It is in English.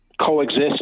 coexist